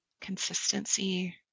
consistency